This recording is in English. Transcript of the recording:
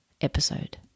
episode